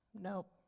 nope